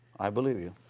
i believe you.